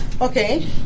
Okay